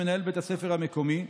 מנהל בית הספר המקומי.